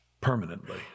permanently